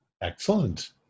Excellent